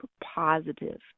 positive